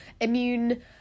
immune-